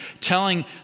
telling